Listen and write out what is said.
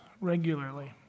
regularly